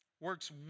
works